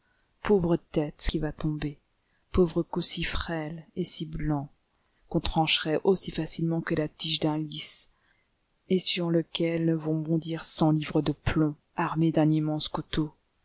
pauvre tête qui va tomber pauvre cou si frêle et si blanc qu'on trancherait aussi facilement que la tige d'un lis et sur lequel vont bondir cent livres de plomb armées